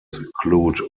include